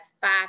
five